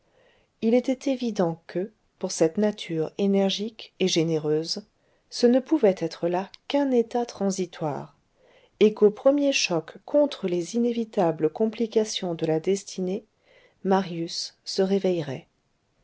il était évident que pour cette nature énergique et généreuse ce ne pouvait être là qu'un état transitoire et qu'au premier choc contre les inévitables complications de la destinée marius se réveillerait